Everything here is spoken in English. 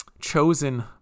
chosen